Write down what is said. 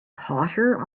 hotter